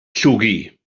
llwgu